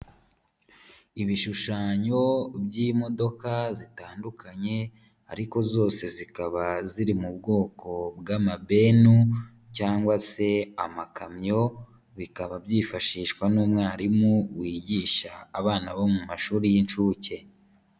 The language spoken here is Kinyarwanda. Ibishushanyo by'imodoka zitandukanye ariko zose zikaba ziri mu bwoko bw'amabenu cyangwa se amakamyo, bikaba byifashishwa n'umwarimu wigisha abana bo mu mashuri y'inshuke.